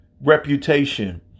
reputation